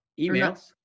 Emails